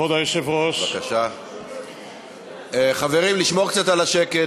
כבוד היושב-ראש, חברים, לשמור קצת על השקט.